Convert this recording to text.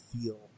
feel